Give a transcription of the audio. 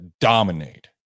dominate